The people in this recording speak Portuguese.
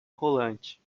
rolante